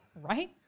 Right